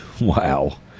Wow